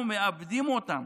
אנחנו מאבדים אותם